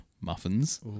muffins